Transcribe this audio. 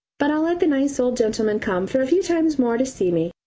but i'll let the nice old gentleman come for a few times more to see me,